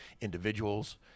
individuals